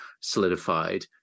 solidified